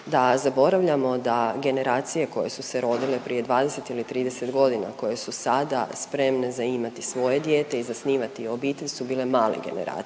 da zaboravljamo da generacije koje su se rodile prije 20 ili 30.g., koje su sada spremne za imati svoje dijete i zasnivati obitelj su bile male generacije